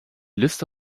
liste